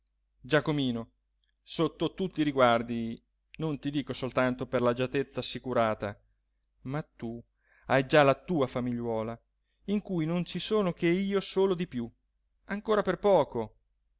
giacomino sotto tutti i riguardi non ti dico soltanto per l'agiatezza assicurata ma tu hai già la tua famigliuola in cui non ci sono che io solo di più ancora per poco